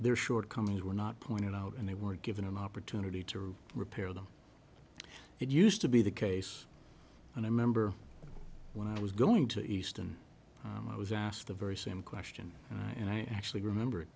their shortcomings were not pointed out and they were given an opportunity to repair them it used to be the case and i remember when i was going to easton i was asked the very same question and i actually remember